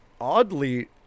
oddly